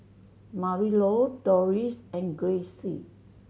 Marilou Dorris and Grayce